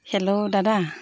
hello দাদা